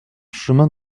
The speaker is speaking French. chemin